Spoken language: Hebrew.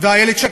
ואיילת שקד.